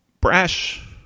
brash